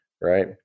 right